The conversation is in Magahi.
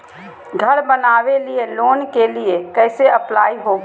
घर बनावे लिय लोन के लिए कैसे अप्लाई होगा?